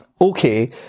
okay